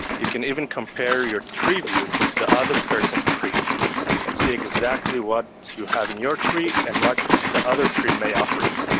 you can even compare your tree view to the other person's tree and see exactly what you have in your tree and what the other tree may offer you.